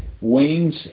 wings